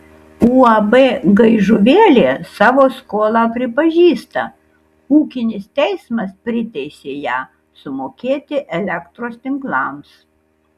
uab gaižuvėlė savo skolą pripažįsta ūkinis teismas priteisė ją sumokėti elektros tinklams